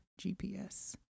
GPS